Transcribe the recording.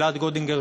אלעד גודינגר,